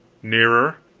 nearer